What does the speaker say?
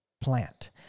plant